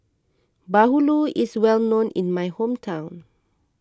Bahulu is well known in my hometown